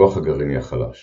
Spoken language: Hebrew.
הכוח הגרעיני החלש